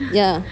ya